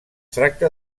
tracta